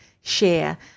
share